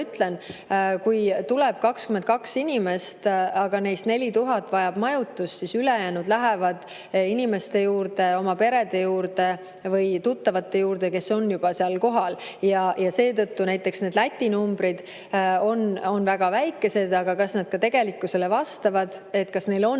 ütlesin, kui tuleb 22 000 inimest, aga neist 4000 vajab majutust, siis ülejäänud lähevad inimeste juurde, oma perede juurde või tuttavate juurde, kes on juba seal kohal. Seetõttu näiteks Läti numbrid on väga väikesed, aga kas nad ka tegelikkusele vastavad, kas neil on